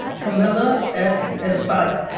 camila s. espada